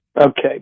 Okay